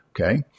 Okay